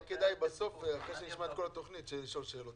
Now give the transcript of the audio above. אולי כדאי שרק אחרי שנשמע את כל התוכנית נשאל שאלות,